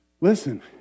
Listen